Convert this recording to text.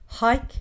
Hike